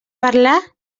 parlar